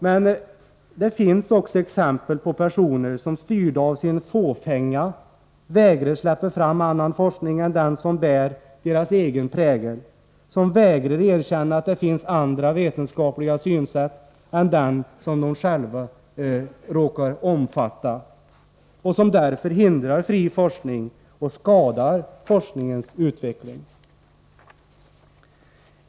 Men det finns också exempel på personer som, styrda av sin fåfänga, vägrar släppa fram annan forskning än den som bär deras egen prägel, som vägrar erkänna att det finns andra vetenskapliga synsätt än de som de själva råkar omfatta och som därför hindrar fri forskning och skadar forskningens utveckling.